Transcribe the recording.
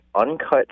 uncut